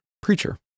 preacher